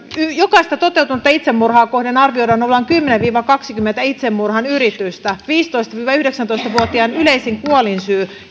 jokaista toteutunutta itsemurhaa kohden arvioidaan olevan kymmenen viiva kahdenkymmenen itsemurhan yritystä yksi viisitoista viiva yhdeksäntoista vuotiaiden yleisimmistä kuolinsyistä